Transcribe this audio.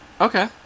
Okay